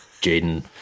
Jaden